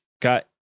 got